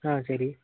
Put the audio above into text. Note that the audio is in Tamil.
ஆ சரி